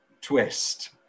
twist